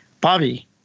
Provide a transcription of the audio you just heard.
Bobby